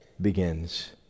begins